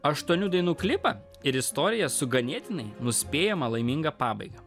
aštuonių dainų klipą ir istoriją su ganėtinai nuspėjama laiminga pabaiga